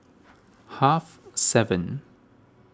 half seven